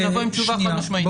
נבוא עם תשובה חד-משמעית.